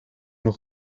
nog